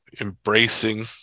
embracing